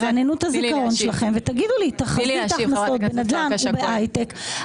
תרעננו את הזיכרון שלכם ותגידו לי: תחזית ההכנסות בנדל"ן ובהייטק,